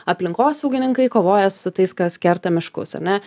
aplinkosaugininkai kovoja su tais kas kerta miškus ane